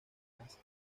las